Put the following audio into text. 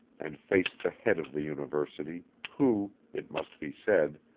and faced the head of the university, who, it must be said,